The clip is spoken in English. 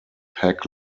pack